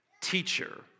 Teacher